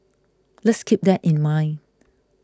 let's keep that in mind